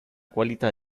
qualità